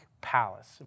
Palace